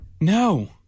No